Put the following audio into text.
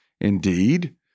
Indeed